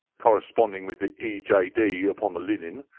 corresponding with the e. j. d. upon the linen.